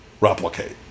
replicate